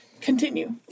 continue